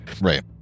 Right